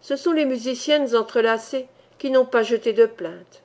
ce sont les musiciennes entrelacées qui n'ont pas jeté de plaintes